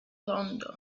london